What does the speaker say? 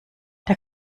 der